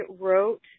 wrote